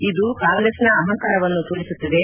ಇದು ಕಾಂಗ್ರೆಸ್ನ ಅಹಂಕಾರವನ್ನು ತೋರಿಸುತ್ತದೆ